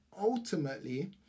Ultimately